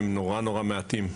הם נורא נורא מעטים.